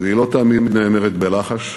והיא לא תמיד נאמרת בלחש,